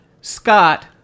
scott